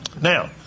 Now